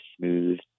smooth